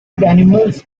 animals